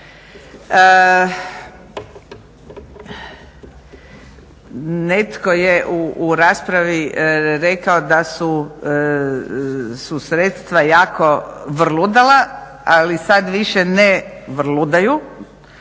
Netko je u raspravi rekao da su sredstva jako vrludala, ali sada više ne vrludaju,